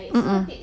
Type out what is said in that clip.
mm mm